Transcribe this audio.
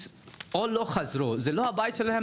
או שלא חזר לביתו,